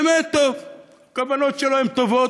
באמת טוב; הכוונות שלו הן טובות,